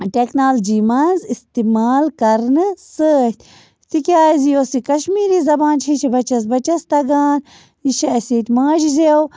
technology منٛز اِستعمال کَرنہٕ سۭتۍ تِکیٛازِ یۄس یہِ کشمیٖری زبان چھےٚ یہِ چھِ بچس بچس تَگان یہِ چھِ اَسہِ ییٚتہِ ماجہِ زٮ۪و